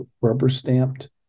rubber-stamped